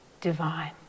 divine